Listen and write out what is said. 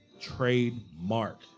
Trademark